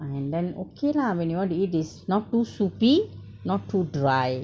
ah and then okay lah when you want to eat it's not too soupy not too dry